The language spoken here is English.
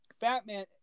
Batman